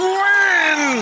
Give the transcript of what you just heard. win